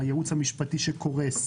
הייעוץ המשפטי שקורס.